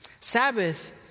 Sabbath